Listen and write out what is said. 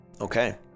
Okay